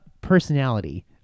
personality